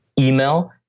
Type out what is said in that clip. email